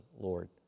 Lord